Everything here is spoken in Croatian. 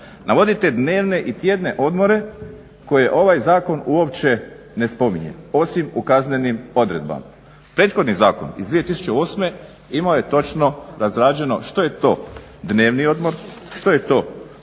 Navodite dnevne i tjedne odmore koje ovaj zakon uopće ne spominje osim u kaznenim odredbama. Prethodni zakon iz 2008.imao je točno razrađeno što je to dnevni odbor, što je to